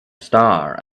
star